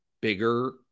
Bigger